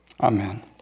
amen